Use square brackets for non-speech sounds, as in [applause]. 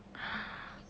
[breath]